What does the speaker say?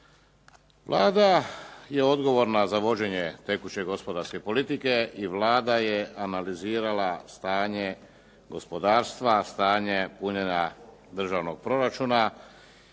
Vlada je odgovorna za vođenje tekuće gospodarske politike i Vlada je analizirala stanje gospodarstva, stanje punjenja državnog proračuna